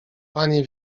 panie